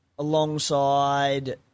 Alongside